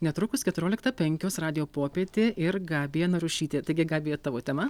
netrukus keturioliktą penkios radijo popietė ir gabija narušytė taigi gabija tavo tema